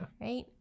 Right